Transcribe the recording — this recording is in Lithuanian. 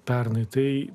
pernai tai